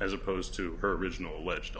as opposed to her original alleged